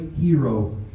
hero